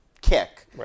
kick